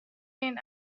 این